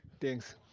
Thanks